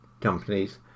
companies